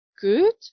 good